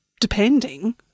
depending